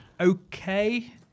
Okay